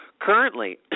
currently